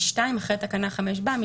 אחרי תקנה 5 בא: לא